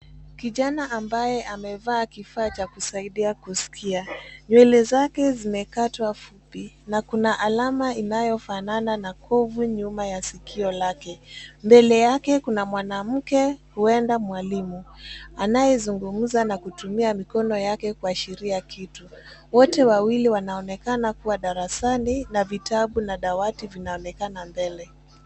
Kijana ambaye amevaa kifaa cha kusaidia kuskia, nywele zake zimekatwa fupi na kuna alama inayofanana na kuvuu nyuma ya sikio lake. Mbele yake kuna mwanamke huenda mwalimu anayezungumza na kutumia mikono yake kuashiria kitu. Wote wawili wanaonekana kuwa darasani na vitabu na dawati vinaonekana mbele.